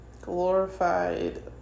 glorified